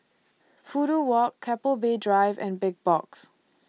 Fudu Walk Keppel Bay Drive and Big Box